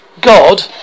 God